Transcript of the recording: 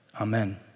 Amen